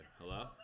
Hello